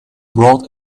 brought